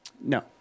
No